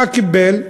מה קיבל?